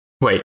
Wait